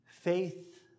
Faith